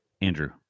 Andrew